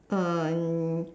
um